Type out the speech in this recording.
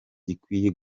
gikwiye